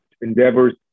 endeavors